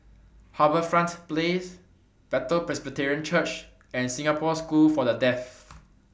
HarbourFront Place Bethel Presbyterian Church and Singapore School For The Deaf